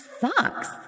sucks